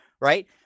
right